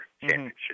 championship